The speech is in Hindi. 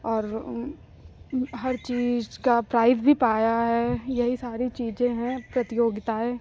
और हर चीज का प्राइस भी पाया है यही सारी चीज़ें हैं प्रतियोगिताएं